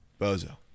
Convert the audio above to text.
Bozo